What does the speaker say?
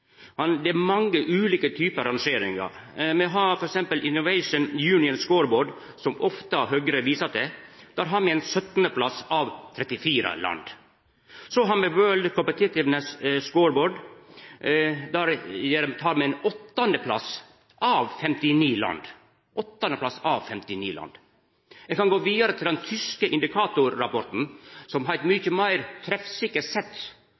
Han seier: «Det er en sannhet med store modifikasjoner.» Noregs plass varierer nemleg særdeles mykje. Det er mange ulike typar rangeringar. Me har f.eks. Innovation Union Scoreboard som Høgre ofte viser til: Der har me ein 17. plass, av 40 land. Så har me World Competitiveness Scoreboard: Der tar me ein 8. plass, av 59 land. Eg kan gå vidare til den tyske indikatorrapporten som har eit mykje meir treffsikkert sett